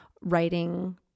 writing